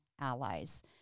allies